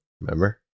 Remember